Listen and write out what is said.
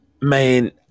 man